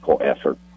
effort